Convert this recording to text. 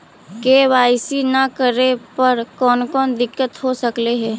KYC न करे पर कौन कौन दिक्कत हो सकले हे?